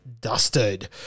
dusted